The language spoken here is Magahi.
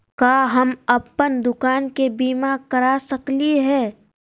का हम अप्पन दुकान के बीमा करा सकली हई?